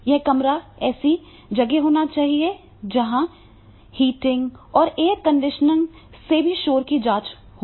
यह कमरा ऐसी जगह होना चाहिए कि हीटिंग और एयर कंडीशनिंग से भी शोर की जाँच हो